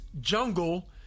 jungle